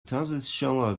transitional